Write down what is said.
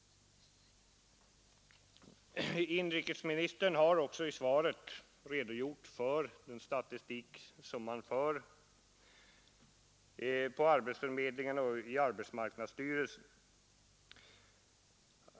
Inrikesministern har också i svaret redogjort för den statistik som förs på arbetsförmedlingarna och i arbetsmarknadsstyrelsen.